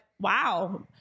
Wow